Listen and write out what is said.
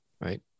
right